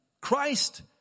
Christ